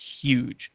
huge